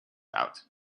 out